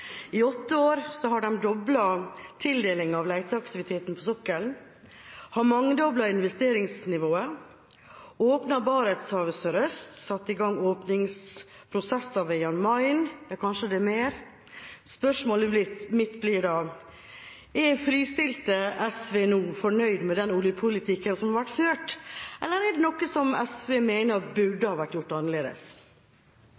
På åtte år har SV doblet tildelingen av leteaktivitet på sokkelen. De har mangedoblet investeringsnivået, åpnet Barentshavet sørøst og satt i gang åpningsprosesser ved Jan Mayen – ja, kanskje er det mer. Spørsmålet mitt blir da: Er fristilte SV nå fornøyd med den oljepolitikken som har blitt ført, eller er det noe SV mener burde